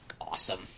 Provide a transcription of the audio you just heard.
awesome